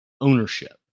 ownership